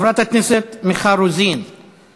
נעבור להצעות לסדר-היום בנושא: